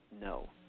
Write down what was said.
no